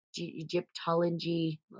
egyptology